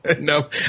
No